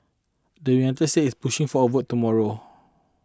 the United States is pushing for a vote tomorrow